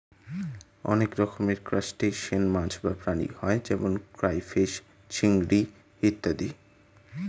অনেক রকমের ক্রাস্টেশিয়ান মাছ বা প্রাণী হয় যেমন ক্রাইফিস, চিংড়ি ইত্যাদি